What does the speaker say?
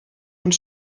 und